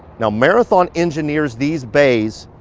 now marathon engineers these bays